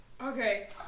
Okay